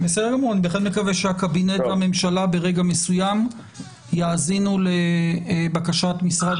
אני בהחלט מקווה שהקבינט והממשלה ברגע מסוים יאזינו לבקשת משרד